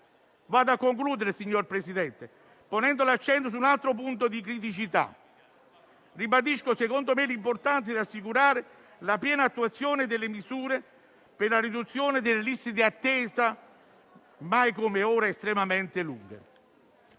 Vado a concludere, signor Presidente, ponendo l'accento su un altro punto di criticità. Ribadisco - secondo me - l'importanza di assicurare la piena attuazione delle misure per la riduzione delle liste di attesa, mai come ora estremamente lunghe;